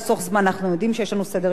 אנחנו יודעים שיש לנו סדר-יום עמוס,